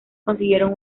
consiguieron